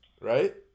right